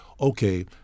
okay